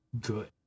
good